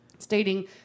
Stating